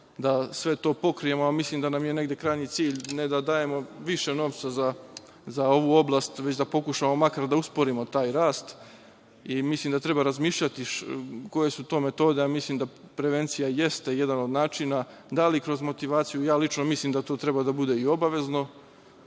da sve to pokrijemo, a mislim da nam je negde krajnji cilj ne da dajemo više novca za ovu oblast već da pokušamo makar da usporimo taj rast. Mislim da treba razmišljati koje su to metode. Mislim da prevencija jeste jedan od načina, da li kroz motivaciju, lično mislim da tu treba da bude i obavezno